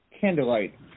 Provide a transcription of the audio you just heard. candlelight